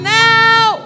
now